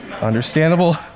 Understandable